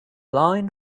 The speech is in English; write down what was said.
line